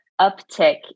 uptick